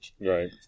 Right